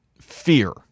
fear